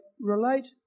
relate